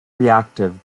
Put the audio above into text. reactive